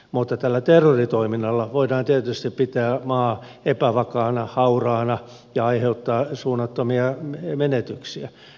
mutta tällä terroritoiminnalla voidaan tietysti pitää maa epävakaana ja hauraana ja aiheuttaa suunnattomia menetyksiä